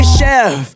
Chef